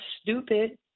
stupid